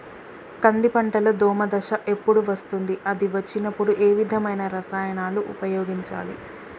కంది పంటలో దోమ దశ ఎప్పుడు వస్తుంది అది వచ్చినప్పుడు ఏ విధమైన రసాయనాలు ఉపయోగించాలి?